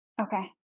Okay